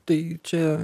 tai čia